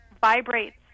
vibrates